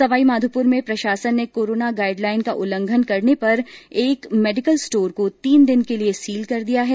सवाईमाघोपुर में प्रशासन ने कोरोना गाइडलाइन का उल्लंघन करने पर एक मेडिकल स्टोर को तीन दिन के लिए सील किया गया है